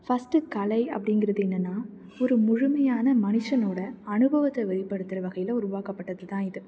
first கலை அப்படிங்கிறது என்னென்னால் ஒரு முழுமையான மனுஷனோடய அனுபவத்தை வெளிப்படுத்துகிற வகையில் உருவாக்கப்பட்டது தான் இது